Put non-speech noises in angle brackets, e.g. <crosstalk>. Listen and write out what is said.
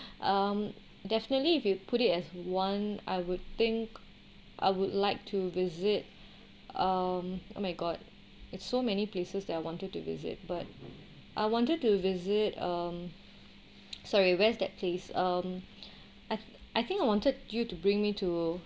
um definitely if you put it as one I would think I would like to visit um oh my god it's so many places that I wanted to visit but I wanted to visit um <noise> sorry where's that place um <breath> I I think I wanted you to bring me to